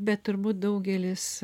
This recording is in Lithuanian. bet turbūt daugelis